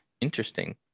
Interesting